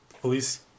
police